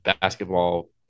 basketball